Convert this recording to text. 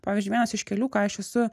pavyzdžiui vienas iš kelių ką aš esu